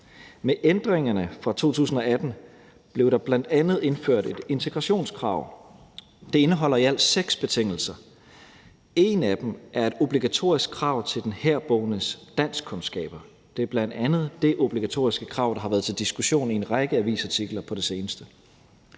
Med ændringerne fra 2018 blev der bl.a. indført et integrationskrav. Det indeholder i alt seks betingelser. En af dem er et obligatorisk krav til den herboendes danskkundskaber. Det er bl.a. det obligatoriske krav, der har været til diskussion i en række avisartikler på det seneste.